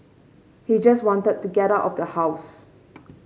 he just wanted to get out of the house